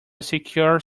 secure